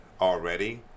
already